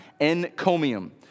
encomium